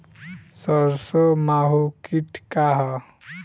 सरसो माहु किट का ह?